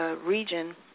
region